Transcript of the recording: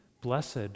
Blessed